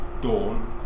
Dawn